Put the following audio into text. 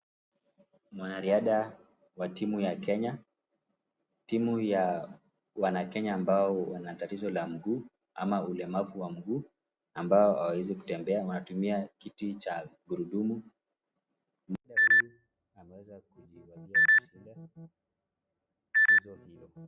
Mwanariadha wa timu ya Kenya. Timu ya wanakenya ambao wana tatizo la mguu ama ulemavu wa mguu ambao hawawezi kutembea, wanatumia kiti cha gurudumu.